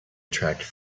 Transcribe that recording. attract